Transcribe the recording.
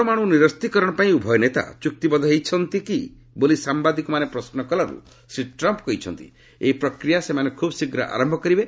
ପରମାଣୁ ନିରସ୍ତ୍ରୀକରଣ ପାଇଁ ଉଭୟ ନେତା ଚୁକ୍ତି ବଦ୍ଧ ହୋଇଛନ୍ତି କି ବୋଲି ସାମ୍ଘାଦିକମାନେ ପ୍ରଶ୍ନ କଲାରୁ ଶ୍ରୀ ଟ୍ରମ୍ପ୍ କହିଛନ୍ତି ଏହି ପ୍ରକ୍ରିୟା ସେମାନେ ଖୁବ୍ ଶୀଘ୍ର ଆରମ୍ଭ କରିବେ